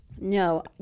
No